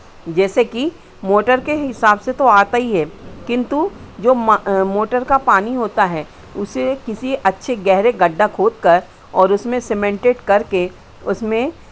जैसे कि मोटर के हिसाब से तो आता ही है किन्तु जो मा मोटर का पानी होता है उसे किसी अच्छे गहरे गड्ढा खोद कर और उसमें सिमेंटेड कर के उसमें